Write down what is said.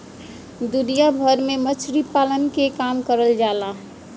दुनिया भर में मछरी पालन के काम करल जाला